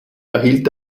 erhielt